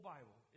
Bible